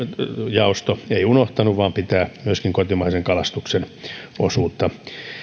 jaosto ei unohtanut vaan pitää myöskin kotimaisen kalastuksen osuutta